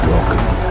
Welcome